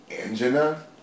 angina